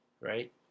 right